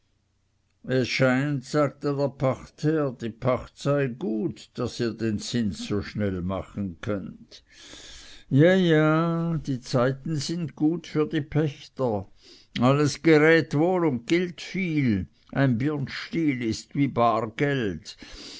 es scheint sagte der pachtherr die pacht sei gut daß ihr den zins so schnell machen könnt ja ja die zeiten sind gut für die pächter alles gerät wohl und gilt viel ein birnstiel ist wie